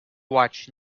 watch